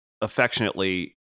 affectionately